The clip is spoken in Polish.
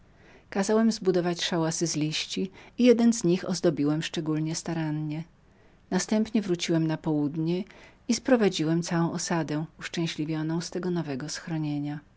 kazałem zbudować szałasy z liści i napiękniejszynajpiękniejszy przeznaczyłem dla sylwji następnie wróciłem na południe i sprowadziłem całą osadę która była uszczęśliwioną z tego nowego schronienia